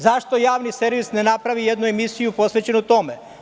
Zašto Javni servis ne napravi jednu emisiju posvećenu tome?